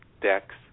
Decks